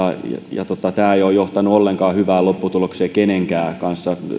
ja tämä ei ole johtanut ollenkaan hyvään lopputulokseen kenenkään kanssa